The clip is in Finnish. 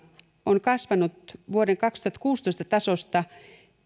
on kasvanut vuoden kaksituhattakuusitoista tasosta